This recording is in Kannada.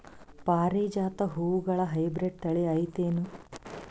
ಪಾರಿಜಾತ ಹೂವುಗಳ ಹೈಬ್ರಿಡ್ ಥಳಿ ಐತೇನು?